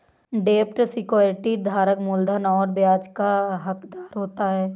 डेब्ट सिक्योरिटी धारक मूलधन और ब्याज का हक़दार होता है